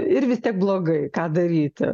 ir vis tiek blogai ką daryti